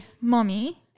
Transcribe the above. mommy